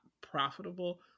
profitable